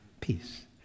Peace